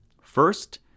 First